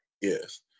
Yes